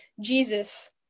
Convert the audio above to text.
Jesus